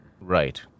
Right